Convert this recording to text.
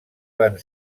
van